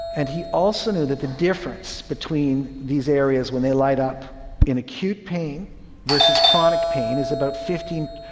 and he also knew that the difference between these areas when they light up in acute pain versus chronic pain is about fifteen